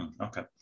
Okay